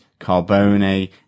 Carbone